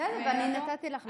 בסדר, ואני נתתי לך.